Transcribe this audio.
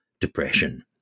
depression